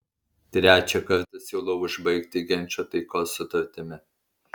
trečią kartą siūlau užbaigti ginčą taikos sutartimi